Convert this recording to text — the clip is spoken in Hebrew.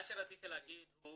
מה שרציתי להגיד הוא